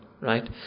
right